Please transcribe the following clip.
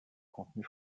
contenu